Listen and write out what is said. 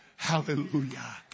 Hallelujah